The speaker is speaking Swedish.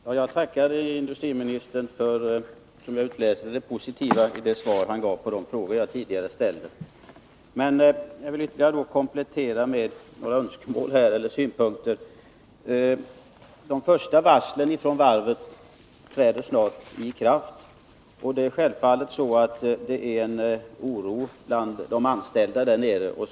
Herr talman! Jag tackar industriministern för de positiva svar han gav på de frågor jag ställde. Jag vill komplettera med ytterligare några synpunkter. Det första varslet från varvet träder snart i kraft, och de anställda där nere känner självfallet oro.